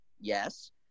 yes